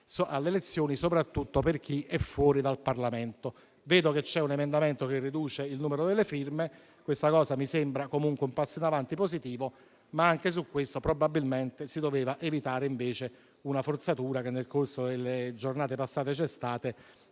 alle elezioni, soprattutto per chi è fuori dal Parlamento. Vedo che c'è un emendamento che riduce il numero delle firme: questo mi sembra comunque un passo in avanti positivo, ma anche su questo probabilmente si doveva evitare una forzatura che nel corso delle giornate passate c'è stata